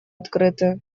открыты